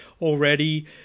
already